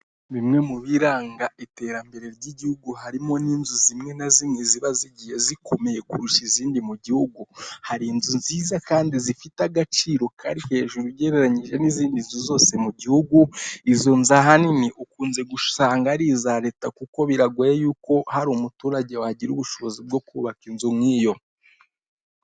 Bimwe mu biranga iterambere ry'igihugu, harimo n'inzu zimwe na zimwe ziba zigiye zikomeye kurusha izindi mu gihugu, hari inzu nziza kandi zifite agaciro kari hejuru ugereranyije n'izindi nzu zose mu gihugu, izo nzu ahanini ukunze gusanga ari iza leta kuko biragoye yuko hari umuturage wagira ubushobozi bwo kubaka inzu nk'iyo.